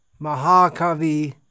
Mahakavi